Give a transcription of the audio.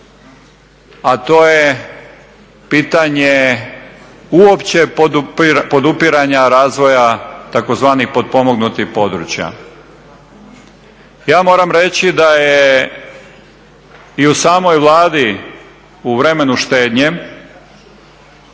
a to je pitanje uopće podupiranja razvoja tzv. potpomognutih područja. Ja moram reći da je i u samoj Vladi u vremenu štednje